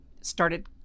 started